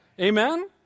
Amen